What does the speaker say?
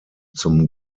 zum